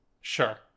Sure